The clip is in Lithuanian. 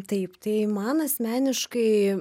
taip tai man asmeniškai